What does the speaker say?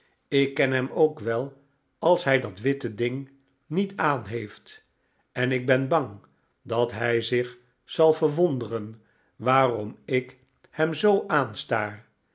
ik ken hem ook wel als hij dat witte ding niet aan heeft en ik ben bang dat hij zich zal verwonderen waarom ik hem zoo aanstaar